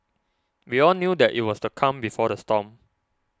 we all knew that it was the calm before the storm